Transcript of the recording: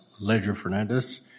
Ledger-Fernandez